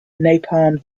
napalm